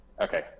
Okay